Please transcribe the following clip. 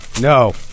no